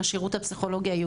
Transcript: של השירות הפסיכולוגי הייעוצי.